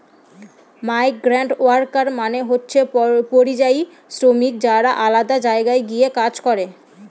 migrant worker মানে হচ্ছে পরিযায়ী শ্রমিক যারা আলাদা জায়গায় গিয়ে কাজ করে